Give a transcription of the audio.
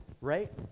Right